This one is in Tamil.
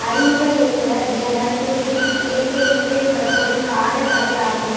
அறிமுக இயக்குனர் தினகர் தூகுதீப் இயக்கிய இந்திரைப்படம் ஒரு காதல் கதை ஆகும்